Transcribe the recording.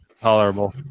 tolerable